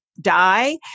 die